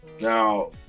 Now